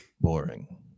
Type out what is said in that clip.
boring